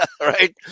right